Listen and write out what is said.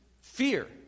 fear